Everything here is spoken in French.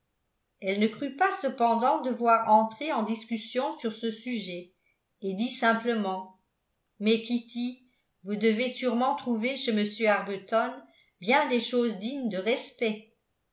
elle ne crut pas cependant devoir entrer en discussion sur ce sujet et dit simplement mais kitty vous devez sûrement trouver chez m arbuton bien des choses dignes de respect